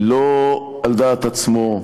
לא על דעת עצמו,